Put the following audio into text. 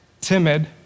timid